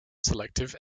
selective